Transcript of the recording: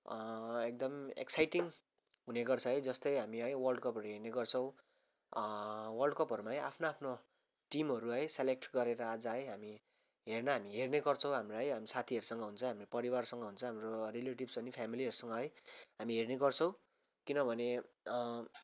एकदम एक्साइटिङ हुने गर्छ है जस्तै हामी है वर्ल्डकप हेर्ने गर्छौँ वर्ल्डकपहरूमा है आफ्नो आफ्नो टिमहरू है सेलेक्ट गरेर है आज हामी हेर्न हामी हेर्ने गर्छौँ हामीलाई है हामी साथीहरूसँग हुन्छ हामी परिवारसँग हुन्छ हाम्रो रिलेटिभ्स अनि फ्यामिलीहरूसँग है हामी हेर्ने गर्छौँ किनभने